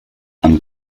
and